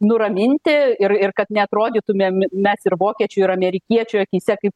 nuraminti ir ir kad neatrodytumėm mes ir vokiečių ir amerikiečių akyse kaip